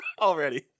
Already